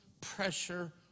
pressure